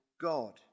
God